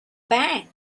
bank